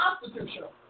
constitutional